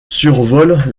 survole